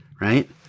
right